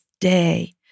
day